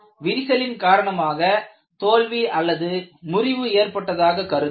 விரிசலின் காரணமாக தோல்விமுறிவு ஏற்பட்டதாக கருதுக